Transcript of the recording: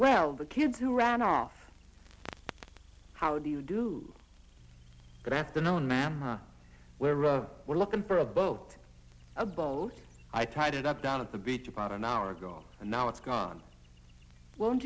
well the kids who ran off how do you do that afternoon ma'am we're rough we're looking for a boat a boat i tied it up down at the beach about an hour ago and now it's gone won't